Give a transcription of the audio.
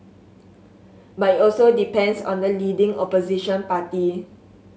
but it also depends on the leading Opposition party